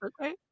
Okay